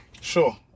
Sure